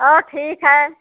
और ठीक है